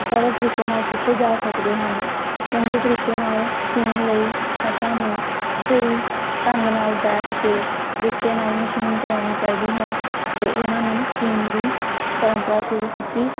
ਸਰਲ ਤਰੀਕੇ ਨਾਲ ਸੀਤੇ ਜਾ ਸਕਦੇ ਹਨ ਚੰਗੇ ਤਰੀਕੇ ਨਾਲ ਸੀਨ ਲਈ ਅਸਾਂ ਨੂੰ ਸਹੀ ਢੰਗ ਨਾਲ ਬੈਠ ਕੇ ਤਰੀਕੇ ਨਾਲ ਮਸ਼ੀਨ ਚਲਾਉਣੀ ਚਾਹੀਦੀ ਹੈ ਅਤੇ ਇਹਨਾਂ ਨੂੰ ਸੀਨ ਦੀ ਪਰੰਪਰਾ ਸ਼ੁਰੂ ਕੀਤੀ